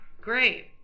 Great